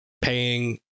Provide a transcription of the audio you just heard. paying